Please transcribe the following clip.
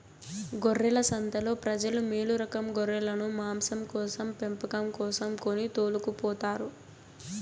గొర్రెల సంతలో ప్రజలు మేలురకం గొర్రెలను మాంసం కోసం పెంపకం కోసం కొని తోలుకుపోతారు